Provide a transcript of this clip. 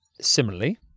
similarly